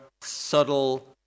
subtle